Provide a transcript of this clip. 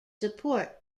support